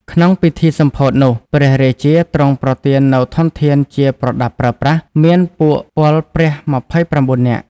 ក្នុងពិធីសម្ពោធនោះ ព្រះរាជាទ្រង់ប្រទាននូវធនធានជាប្រដាប់ប្រើប្រាស់ មានពួកពលព្រះ ២៩នាក់